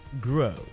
grow